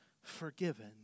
forgiven